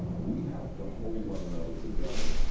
we have to hold one another together.